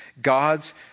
God's